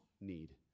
need